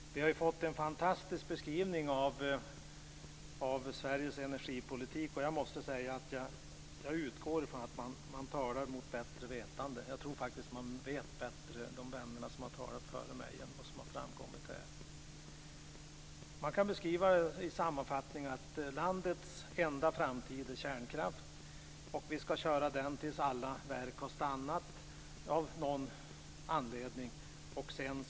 Vi har här fått en fantastisk beskrivning av Sveriges energipolitik. Jag utgår från att man talat mot bättre vetande. Jag tror faktiskt att de vänner som har talat före mig vet bättre än vad som har framkommit här. Beskrivningen kan sammanfattas så att landets enda framtid är kärnkraften, och vi skall köra den tills alla verk av någon anledning har stannat.